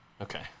Okay